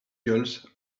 gulls